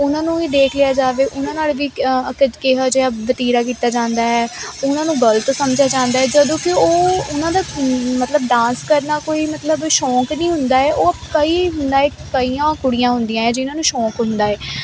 ਉਹਨਾਂ ਨੂੰ ਵੀ ਦੇਖ ਲਿਆ ਜਾਵੇ ਉਹਨਾਂ ਨਾਲ ਵੀ ਕਿਹਾ ਜਿਹਾ ਵਤੀਰਾ ਕੀਤਾ ਜਾਂਦਾ ਹੈ ਉਹਨਾਂ ਨੂੰ ਗਲਤ ਸਮਝਿਆ ਜਾਂਦਾ ਜਦੋਂ ਕਿ ਉਹ ਉਹਨਾਂ ਦਾ ਮਤਲਬ ਡਾਂਸ ਕਰਨਾ ਕੋਈ ਮਤਲਬ ਸ਼ੌਂਕ ਨਹੀਂ ਹੁੰਦਾ ਉਹ ਕਈਆਂ ਕੁੜੀਆਂ ਹੁੰਦੀਆਂ ਜਿਹਨਾਂ ਨੂੰ ਸ਼ੋਂਕ ਹੁੰਦਾ ਏ